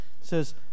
says